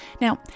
now